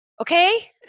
okay